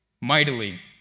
mightily